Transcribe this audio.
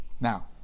Now